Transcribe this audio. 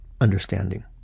understanding